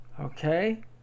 Okay